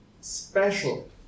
special